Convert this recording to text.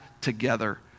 together